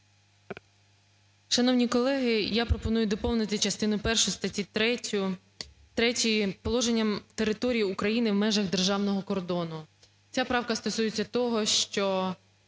Шановні колеги, я пропоную доповнити частину першу статті 3 положенням "території України в межах державного кордону". Ця правка стосується того, що,